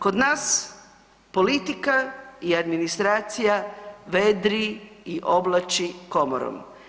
Kod nas politika i administracija vedri i oblači komorom.